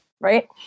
right